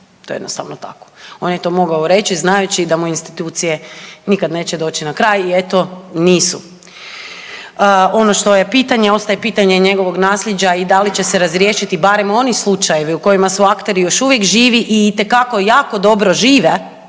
To je jednostavno tako. On je to mogao reći znajući da mu institucije nikad neće doći na kraj i eto nisu. Ono što je pitanje ostaje pitanje njegovog nasljeđa i da li će se razriješiti barem oni slučajevi u kojima su akteri još uvijek živi i itekako jako dobro žive,